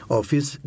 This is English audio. office